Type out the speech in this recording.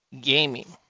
gaming